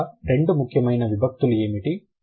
కావున ఇక రెండు ముఖ్యమైన విభక్తులు ఏమిటి